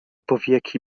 powieki